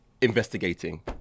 investigating